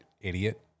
idiot